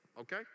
okay